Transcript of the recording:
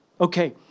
Okay